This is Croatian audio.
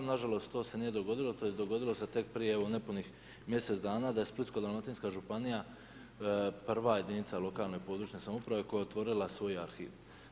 Nažalost, to se nije dogodilo, tj. dogodilo se tek prije nepunih mjesec dana da je Splitsko-dalmatinska županija prva jedinca lokalne i područne samouprave koja je otvorila svoj arhiv.